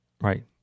Right